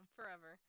Forever